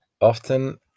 often